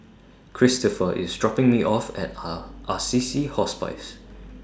Cristopher IS dropping Me off At Are Assisi Hospice